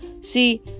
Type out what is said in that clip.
See